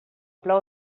plou